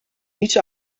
niets